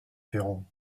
féron